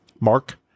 Mark